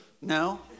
No